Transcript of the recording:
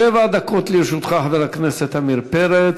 שבע דקות לרשותך, חבר הכנסת עמיר פרץ.